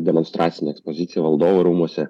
demonstracinę ekspoziciją valdovų rūmuose